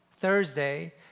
Thursday